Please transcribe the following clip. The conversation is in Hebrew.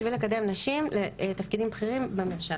בשביל לקדם נשים לתפקידים בכירים בממשלה.